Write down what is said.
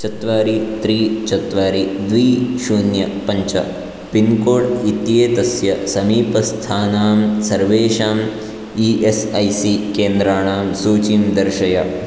चत्वारि त्रि चत्वारि द्वि शून्य पञ्च पिन्कोड् इत्येतस्य समीपस्थानां सर्वेषाम् ई एस् ऐ सि केन्द्राणां सूचीं दर्शय